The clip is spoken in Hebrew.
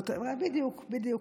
בדיוק כך.